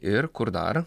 ir kur dar